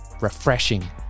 refreshing